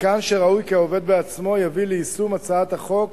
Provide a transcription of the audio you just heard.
מכאן שראוי כי העובד עצמו יביא ליישום הצעת החוק